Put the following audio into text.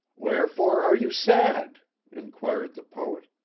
wherefore are you sad inquired the poet.